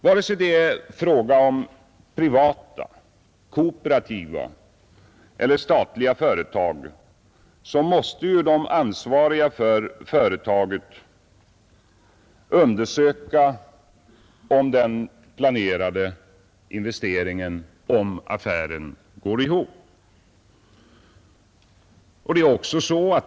Vare sig det är fråga om privata, kooperativa eller statliga företag måste de ansvariga för företaget undersöka om affären går ihop.